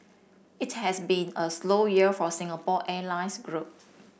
it has been a slow year for a Singapore Airlines group